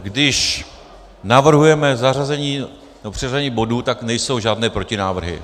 Když navrhujeme zařazení nebo přeřazení bodu, tak nejsou žádné protinávrhy.